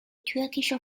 türkische